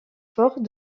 forte